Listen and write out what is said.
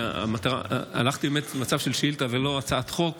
כי הלכתי באמת על מצב של שאילתה ולא הצעת חוק,